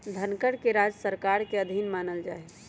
धनकर के राज्य सरकार के अधीन मानल जा हई